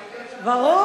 כן, אבל יש שם, ברור.